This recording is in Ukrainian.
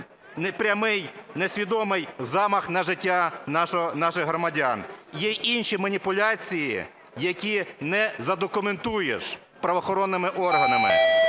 непрямий, несвідомий замах на життя наших громадян. Є інші маніпуляції, які не задокументуєш правоохоронними органами.